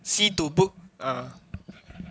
see to book ah